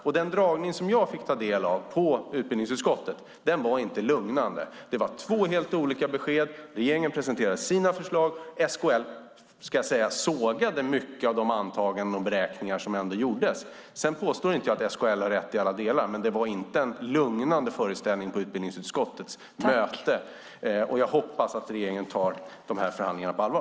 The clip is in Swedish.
Den föredragning som jag fick ta del av i utbildningsutskottet var inte lugnande. Det var två helt olika besked. Regeringen presenterade sina förslag. SKL sågade många av de antaganden och beräkningar som ändå gjordes. Nu påstår jag inte att SKL har rätt i alla delar. Men det var ingen lugnande föreställning på utbildningsutskottets möte. Jag hoppas att regeringen tar förhandlingarna på allvar.